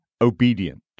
obedient